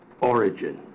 origin